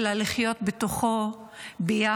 אלא לחיות בו ביחד.